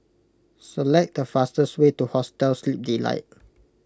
select the fastest way to Hostel Sleep Delight